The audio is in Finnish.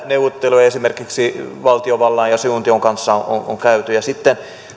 neuvotteluja esimerkiksi valtiovallan ja siuntion kanssa on käyty ja sitten